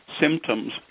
symptoms